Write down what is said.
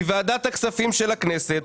היא ועדת הכספים של הכנסת.